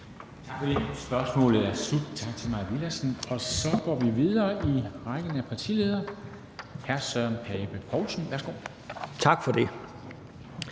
Tak for det. Spørgsmålet er sluttet. Tak til fru Mai Villadsen. Så går vi videre i rækken af partiledere. Hr. Søren Pape Poulsen, værsgo. Kl.